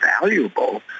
valuable